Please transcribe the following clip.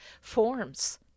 forms